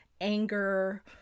anger